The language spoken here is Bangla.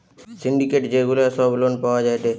সিন্ডিকেট যে গুলা সব লোন পাওয়া যায়টে